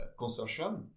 consortium